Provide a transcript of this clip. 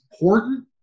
important